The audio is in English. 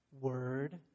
word